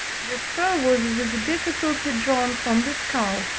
the spur was with difficulty drawn from the skull,